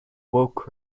woke